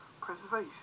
preservation